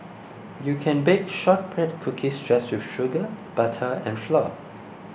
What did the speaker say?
you can bake Shortbread Cookies just with sugar butter and flour